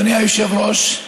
אדוני היושב-ראש,